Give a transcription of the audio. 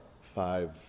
five